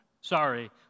Sorry